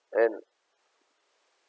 and